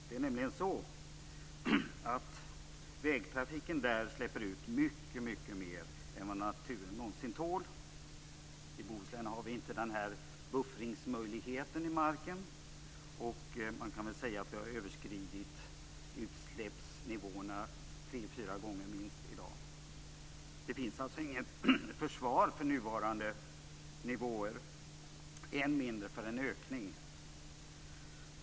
Det är nämligen så att vägtrafiken där släpper ut mycket mer än naturen någonsin tål. I Bohuslän har vi inte någon buffringsmöjlighet i marken. Man kan väl säga att vi har överskridit utsläppsnivåerna tre fyra gånger minst. Det finns alltså inget försvar för nuvarande nivåer, än mindre för en ökning.